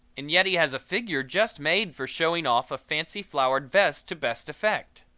and yet he has a figure just made for showing off a fancy-flowered vest to best effect.